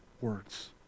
words